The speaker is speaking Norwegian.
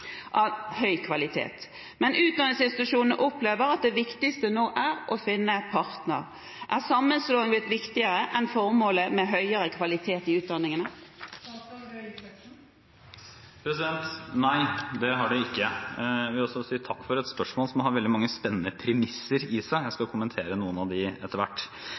av høy kvalitet. Men utdanningsinstitusjonene opplever at det viktigste er å finne en partner. Er sammenslåing blitt viktigere enn formålet om høyere kvalitet i utdanningene?» Nei, det har det ikke. Jeg vil også si takk for et spørsmål som har veldig mange spennende premisser i seg. Jeg skal kommentere noen av dem etter hvert.